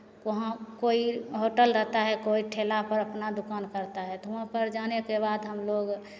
हुआं कोई होटल रहता है कोई ठेला पर अपना दुकान करता है तो हुआं पर जाने के बाद हमलोग